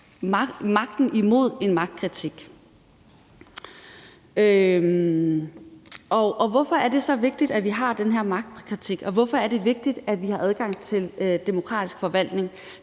magten imod en magtkritik. Hvorfor er det så vigtigt, at vi har den her magtkritik, og hvorfor er det vigtigt, at vi har adgang til en demokratisk forvaltning?